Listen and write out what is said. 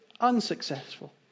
unsuccessful